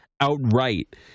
outright